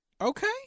Okay